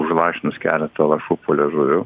užlašinus keletą lašų po liežuviu